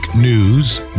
news